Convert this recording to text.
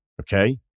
Okay